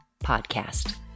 Podcast